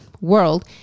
world